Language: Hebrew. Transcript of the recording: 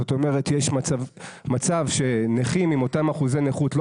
זאת אומרת יש מצב שנכים עם אותם אחוזי נכות לא